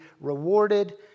rewarded